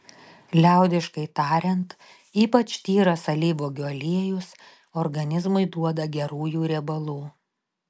liaudiškai tariant ypač tyras alyvuogių aliejus organizmui duoda gerųjų riebalų